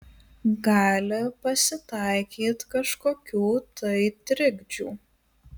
gali pasitaikyt kažkokių tai trikdžių